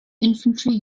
infantry